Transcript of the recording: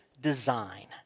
design